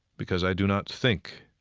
because i do not think